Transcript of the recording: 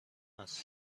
است